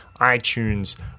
itunes